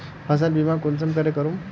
फसल बीमा कुंसम करे करूम?